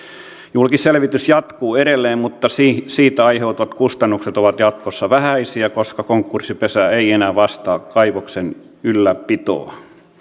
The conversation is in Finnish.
julkisselvitys jatkuu edelleen mutta siitä aiheutuvat kustannukset ovat jatkossa vähäisiä koska konkurssipesä ei enää vastaa kaivoksen ylläpidosta